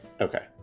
okay